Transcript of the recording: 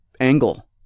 angle